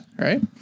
Right